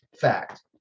fact